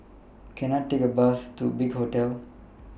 Can I Take A Bus to Big Hotel